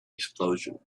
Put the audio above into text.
explosion